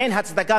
ואין הצדקה,